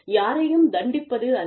யாரையும் தண்டிப்பது அல்ல